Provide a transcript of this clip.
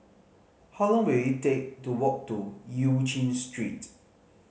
how long will it take to walk to Eu Chin Street